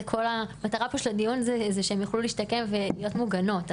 המטרה פה של הדיון זה שהן יוכלו להשתקם ולהיות מוגנות.